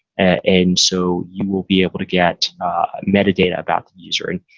and so you will be able to get a metadata about the user. and